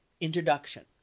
introduction